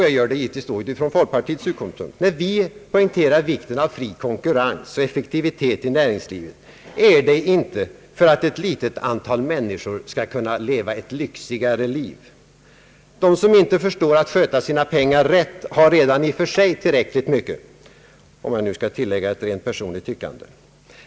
Jag gör det då givetvis från folkpartiets utgångspunkter. När vi betonar vikten av fri konkurrens och effektivi tet i näringslivet är det inte för att ett litet antal människor skall kunna leva ett lyxigare liv. De som har mycket pengar och som inte förstår att sköta sina pengar rätt har redan i och för sig tillräckligt mycket, om jag nu skall tilllägga ett rent personligt tyckande.